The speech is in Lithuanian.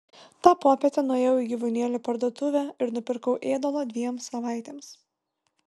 tą popietę nuėjau į gyvūnėlių parduotuvę ir nupirkau ėdalo dviem savaitėms